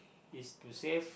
is to save